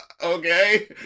Okay